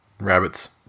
Rabbits